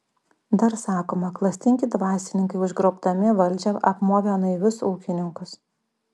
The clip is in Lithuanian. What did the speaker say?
dar sakoma klastingi dvasininkai užgrobdami valdžią apmovė naivius ūkininkus